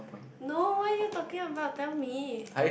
no what are you talking about tell me